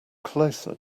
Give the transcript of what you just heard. closer